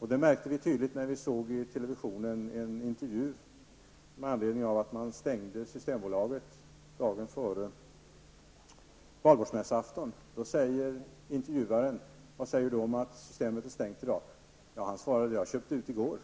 Detta märkte vi tydligt när vi i televisionen såg en intervju med anledning av att man stängde Intervjuaren frågde: Vad säger du om att Systemet är stängt i dag? Svaret blev: Jag köpte ut i går.